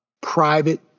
private